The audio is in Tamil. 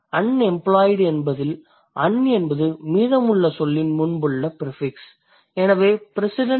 Unemployed என்பதில் un என்பது மீதமுள்ள சொல்லின் முன்புள்ள ப்ரிஃபிக்ஸ்